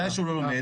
מתי שהוא לא לומד,